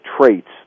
traits